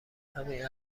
همین